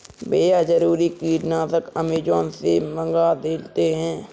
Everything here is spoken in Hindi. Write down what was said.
भैया जरूरी कीटनाशक अमेजॉन से मंगा लेते हैं